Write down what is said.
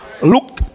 Look